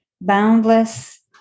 boundless